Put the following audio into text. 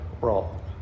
wrong